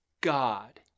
God